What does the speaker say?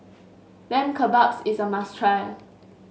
Lamb Kebabs is a must try